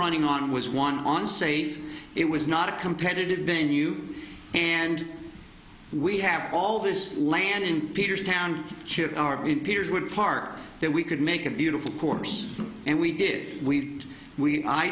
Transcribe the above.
running on was one on safe it was not a competitive venue and we have all this land in peter's town chip peters would park that we could make a beautiful course and we did we we i